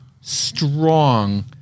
strong